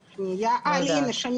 אבל אז יש מחסור